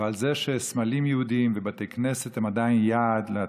ועל זה שסמלים יהודיים בבתי כנסת הם עדיין יעד להתקפות.